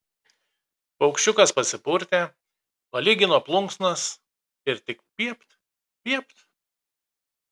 paukščiukas pasipurtė palygino plunksnas ir tik piept piept